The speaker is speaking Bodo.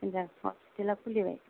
मोजां हस्पिटाला खुलिबाय